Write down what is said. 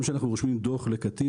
גם כשאנחנו רושמים דוח לקטין,